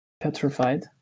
petrified